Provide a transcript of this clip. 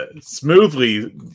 Smoothly